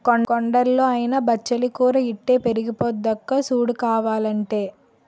కొండల్లో అయినా బచ్చలి కూర ఇట్టే పెరిగిపోద్దక్కా సూడు కావాలంటే